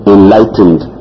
Enlightened